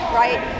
right